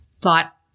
thought